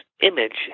image